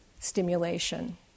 stimulation